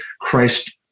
Christ